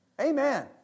Amen